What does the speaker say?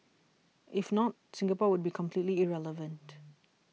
if not Singapore would be completely irrelevant